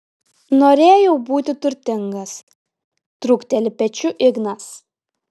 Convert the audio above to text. norėjau būti turtingas trūkteli pečiu ignas